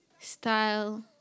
Style